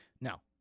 Now